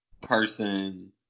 person